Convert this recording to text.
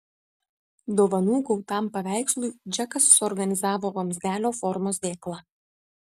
dovanų gautam paveikslui džekas suorganizavo vamzdelio formos dėklą